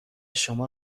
شما